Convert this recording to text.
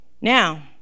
now